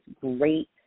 great